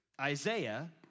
Isaiah